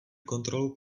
kontrolou